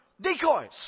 decoys